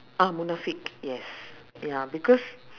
ah munafik yes ya because